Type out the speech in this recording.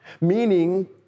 meaning